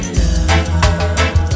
love